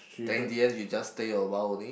then in the end you just stay awhile only